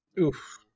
Oof